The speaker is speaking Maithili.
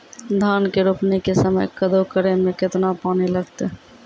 धान के रोपणी के समय कदौ करै मे केतना पानी लागतै?